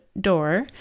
door